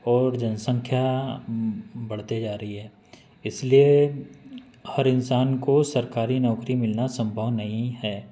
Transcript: और जनसंख्या बढ़ते जा रही है इसलिए हर इंसान को सरकारी नौकरी मिलना संभव नहीं है